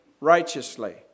righteously